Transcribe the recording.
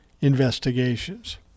investigations